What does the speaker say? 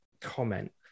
comment